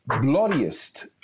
bloodiest